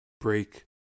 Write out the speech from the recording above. break